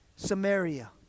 Samaria